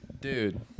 Dude